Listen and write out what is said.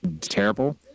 terrible